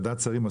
ועדת שרים.